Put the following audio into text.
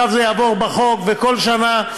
וכל שנה,